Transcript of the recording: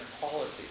quality